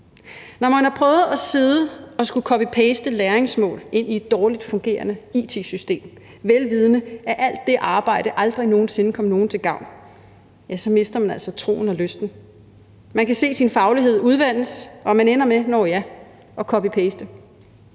Når man har prøvet at sidde og copy-paste læringsmål ind i et dårligt fungerende it-system, vel vidende at alt det arbejde aldrig nogen sinde kom nogen til gavn, mister man altså troen og lysten. Man kan se sin faglighed udvandes, og man ender med, nå ja, at copy-paste.